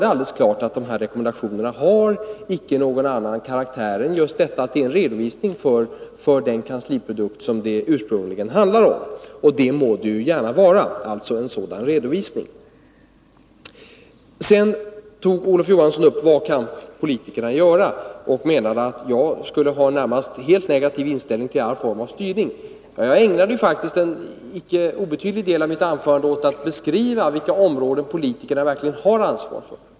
Det var också skälet till att åtminstone de moderata ledamöterna inte reserverade sig på denna punkt, trots att vi hade ett yrkande härom i vår partimotion. Sedan tog Olof Johansson upp frågan om vad politikerna kan göra. Han menade att jag skulle ha en i det närmaste helt negativ inställning till all form av styrning. Jag ägnade faktiskt en icke obetydlig del av mitt anförande åt att beskriva på vilka områden politikerna verkligen har ett ansvar.